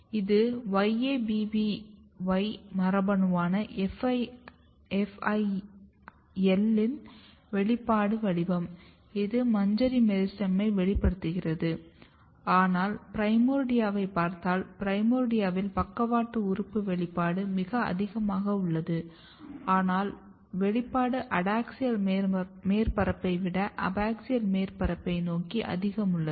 இது YABBY மரபணுவான FIL இன் வெளிப்பாடு வடிவம் இது மஞ்சரி மெரிஸ்டெமை வெளிப்படுத்துகிறது ஆனால் பிரைமோர்டியாவைப் பார்த்தால் பிரைமோர்டியாவில் பக்கவாட்டு உறுப்பு வெளிப்பாடு மிக அதிகமாக உள்ளது ஆனால் வெளிப்பாடு அடாக்ஸியல் மேற்பரப்பை விட அபாக்சியல் மேற்பரப்பை நோக்கி அதிகமுள்ளது